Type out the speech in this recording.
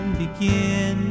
begin